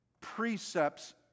precepts